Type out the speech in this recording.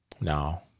No